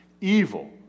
evil